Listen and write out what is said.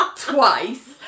twice